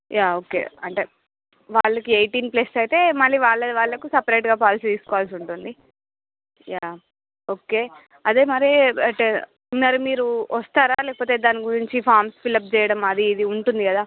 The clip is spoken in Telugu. యా ఓకే అంటే వాళ్ళకి ఎయిటీన్ ప్లస్ అయితే మళ్ళీ వాళ్ళది వాళ్ళకు సెపరేట్గా పాలసీ తీసుకోవాల్సి ఉంటుంది యా ఓకే అదే మరీ మరి మీరు వస్తారా లేకపోతే దాని గురించి ఫార్మ్స్ ఫిల్ అప్ చేయడం అది ఇది ఉంటుంది కదా